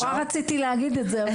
מאוד רציתי להגיד את זה.